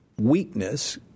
weakness